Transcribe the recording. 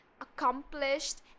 accomplished